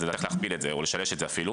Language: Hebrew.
לדעתי צריך להכפיל את זה או לשלש את זה אפילו,